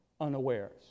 unawares